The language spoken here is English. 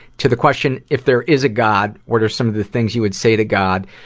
to the question, if there is a god, what are some of the things you would say to god,